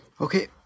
Okay